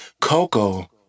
coco